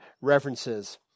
references